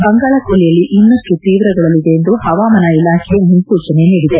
ಬಂಗಾಳಕೊಲ್ಲಿಯಲ್ಲಿ ಇನ್ನಷ್ಟು ತೀವ್ರಗೊಳ್ಳಲಿದೆ ಎಂದು ಹವಾಮಾನ ಇಲಾಖೆ ಮುನ್ನೂಚನೆ ನೀಡಿದೆ